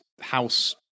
house